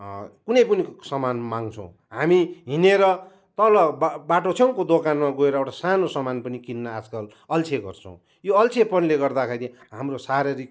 कुनै पनि सामान माग्छौँ हामी हिँडेर तल बा बाटो छेउको दोकानमा गएर एउटा सानो सामान पनि किन्न आजकल अल्छी गर्छौँ यो अल्छेपनले गर्दाखेरि हाम्रो शारीरिक